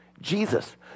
Jesus